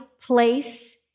place